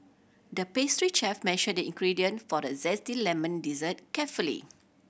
the pastry chef measured the ingredient for the zesty lemon dessert carefully